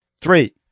Three